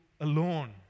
alone